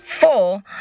Four